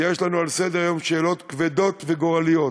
יש לנו על סדר-היום שאלות כבדות וגורליות.